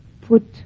put